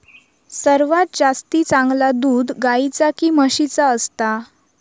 सर्वात जास्ती चांगला दूध गाईचा की म्हशीचा असता?